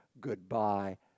goodbye